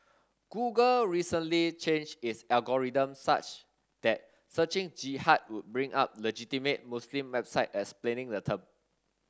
Google recently changed its algorithm such that searching Jihad would bring up legitimate Muslim website explaining the term